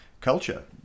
culture